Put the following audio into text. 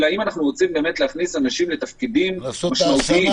אלא אם אנחנו רוצים להכניס אנשים לתפקידים משמעותיים,